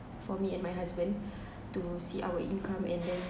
for me and my husband to see our income and then